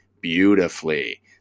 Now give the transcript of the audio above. beautifully